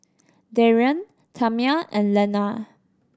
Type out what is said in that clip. Darrion Tamia and Lenna